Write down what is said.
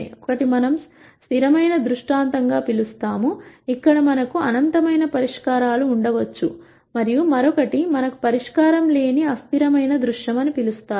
ఒకటి మనం స్థిరమైన దృష్టాంతం గా పిలుస్తాము ఇక్కడ మనకు అనంతమైన పరిష్కారాలు ఉండవచ్చు మరియు మరొకటి మనకు పరిష్కారం లేని అస్థిరమైన దృశ్యం అని పిలుస్తారు